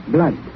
Blood